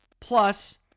plus